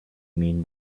mean